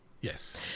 Yes